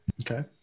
Okay